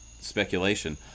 speculation